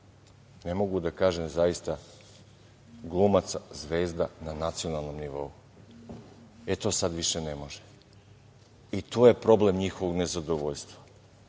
ne mogu da kažem, zaista glumaca zvezda na nacionalnom nivou. E, to sada više ne može i tu je problem njihovog nezadovoljstva. Ne